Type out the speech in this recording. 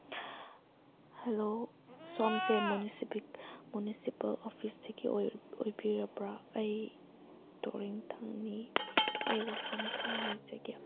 hello ꯁꯣꯝꯁꯦ municipal ꯑꯣꯐꯤꯁꯇꯒꯤ ꯑꯣꯏꯕꯤꯔꯕ꯭ꯔꯥ ꯑꯩ ꯇꯣꯔꯤꯡꯊꯪꯅꯤ ꯑꯩ ꯋꯥꯐꯝ ꯈꯔ ꯍꯥꯏꯖꯒꯦ